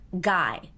guy